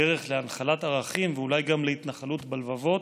הדרך להנחלת ערכים, ואולי גם להתנחלות בלבבות,